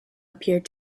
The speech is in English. appeared